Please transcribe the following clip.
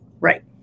right